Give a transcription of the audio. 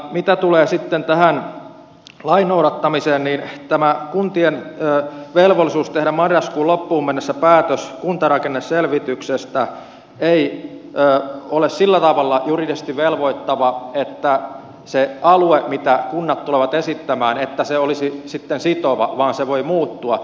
mitä tulee sitten tähän lain noudattamiseen niin tämä kuntien velvollisuus tehdä marraskuun loppuun mennessä päätös kuntarakenneselvityksestä ei ole sillä tavalla juridisesti velvoittava että se alue mitä kunnat tulevat esittämään olisi sitten sitova vaan se voi muuttua